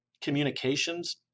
communications